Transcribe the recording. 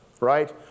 right